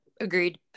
Agreed